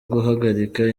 guhagarika